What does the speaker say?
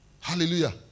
Hallelujah